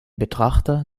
betrachter